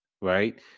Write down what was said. right